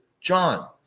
John